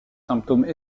symptômes